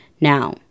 Now